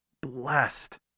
blessed